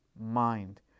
mind